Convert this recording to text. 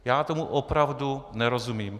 Já tomu opravdu nerozumím.